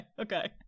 okay